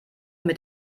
mit